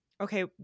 okay